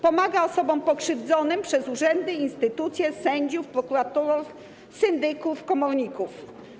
Pomaga osobom pokrzywdzonym przez urzędy, instytucje, sędziów, prokuratorów, syndyków i komorników.